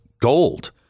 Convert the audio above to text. Gold